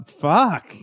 fuck